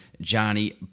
Johnny